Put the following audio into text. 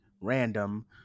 random